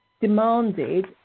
demanded